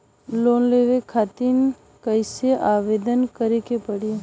Loan लेवे खातिर कइसे आवेदन करें के पड़ी?